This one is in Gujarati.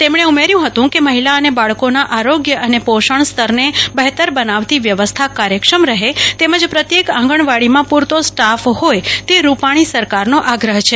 તેમને ઉમેર્થું ફતું કે મહિલા અને બાળકોના આરોગ્ય અને પોષણ સ્તર ને બહેતર બનાવતી વ્યવસ્થા કાર્યક્ષમ રહે તે પ્રત્યેક આંગણવાડીમાં પૂરતો સ્ટાફ હોથ તે રૂપાણી સરકારનો આગ્રહ છે